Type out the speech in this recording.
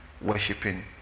worshipping